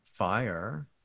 Fire